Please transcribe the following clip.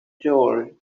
theory